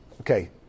Okay